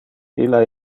illa